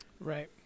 right